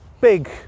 big